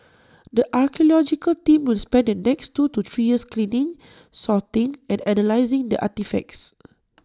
the archaeological team will spend the next two to three years cleaning sorting and analysing the artefacts